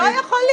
לא יכול להיות.